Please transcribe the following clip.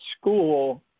school